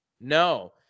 No